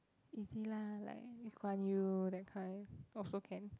easy lah like Lee Kuan Yew that kind also can